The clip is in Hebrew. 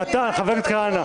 --- מתן, חבר הכנסת כהנא,